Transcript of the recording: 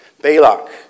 Balak